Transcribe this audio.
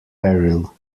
peril